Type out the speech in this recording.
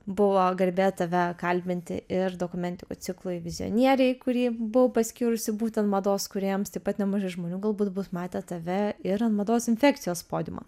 buvo garbė tave kalbinti ir dokumentikų ciklui vizionieriai kurį buvau paskyrusi būtent mados kūrėjams taip pat nemažai žmonių galbūt bus matę tave ir ant mados infekcijos podiumo